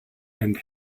and